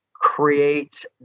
creates